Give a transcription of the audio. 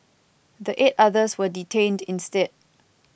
the eight others were detained instead